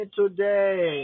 today